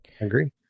agree